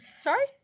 Sorry